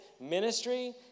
Ministry